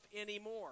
anymore